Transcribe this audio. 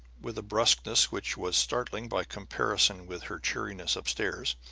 with a bruskness which was startling by comparison with her cheeriness upstairs.